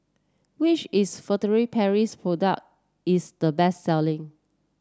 which is Furtere Paris product is the best selling